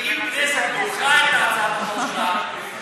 כי אם הכנסת דוחה את הצעת החוק שלך,